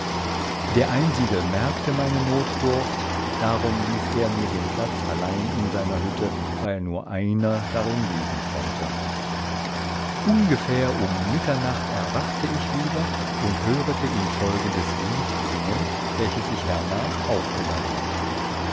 der einsiedel merkte meine notdurft darum ließ er mir den platz allein in seiner hütte weil nur einer darin liegen konnte ungefähr um mitternacht erwachte ich wieder und hörete ihn folgendes lied singen welches ich hernach auch gelernet